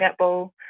netball